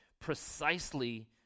precisely